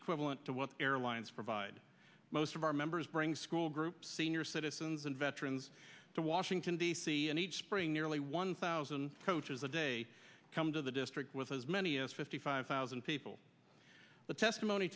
l to what airlines provide most of our members bring school groups senior citizens and veterans to washington d c and each spring nearly one thousand coaches a day come to the district with as many as fifty five thousand people the testimony